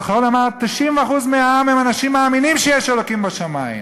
90% מהעם הם אנשים שמאמינים שיש אלוקים בשמים,